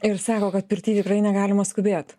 ir sako kad pirty tikrai negalima skubėt